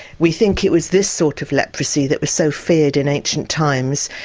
we think it was this sort of leprosy that was so feared in ancient times.